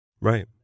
Right